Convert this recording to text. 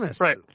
right